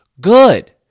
good